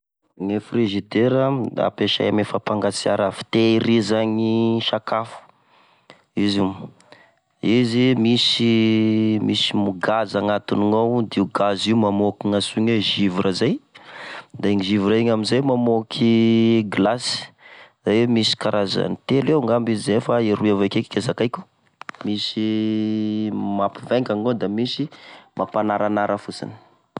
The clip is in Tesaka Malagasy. E firizidera da ampesay ame fampangatsia raha; fitehirazany sakafo, izy io; izy misy, misy mo gaz agnatinao de io gaz io mamoky gny atsoina oe: zivra zay, da igny zivra igny amizay mamôky glasy, de misy karazany telo eo angamba izy zay fa roy avake ko zakaiko, misy mampivaingana ao da misy mampanaranara fosiny.